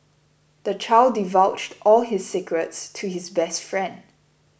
the child divulged all his secrets to his best friend